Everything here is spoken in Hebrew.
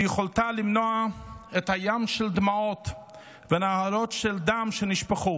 ביכולתה למנוע את ים הדמעות ונהרות של דם שנשפכו.